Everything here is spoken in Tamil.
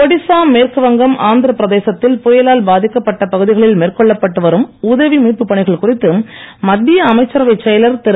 ஒடிசா மேற்கு வங்கம் ஆந்திர பிரதேசத்தில் புயலால் பாதிக்கப்பட்ட பகுதிகளில் மேற்கொள்ளப்பட்டு வரும் உதவி மீட்பு பணிகள் குறித்து மத்திய அமைச்சரவை செயலர் திரு